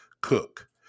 Cook